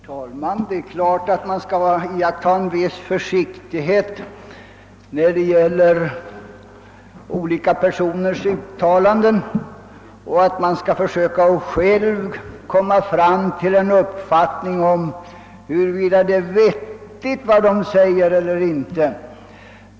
Herr talman! Det är klart att man skall iaktta en viss försiktighet, när det gäller olika personers uttalanden och att man skall försöka att själv komma fram till en uppfattning om huruvida det är vettigt eller inte vad de säger.